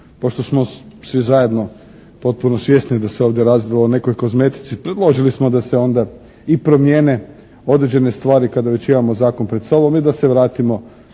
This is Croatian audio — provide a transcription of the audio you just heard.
pošto smo svi zajedno potpuno svjesni da se ovdje radilo o nekoj kozmetici predložili smo da se onda i promijene određene stvari kada već imamo zakon pred sobom i da se vratimo